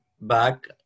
back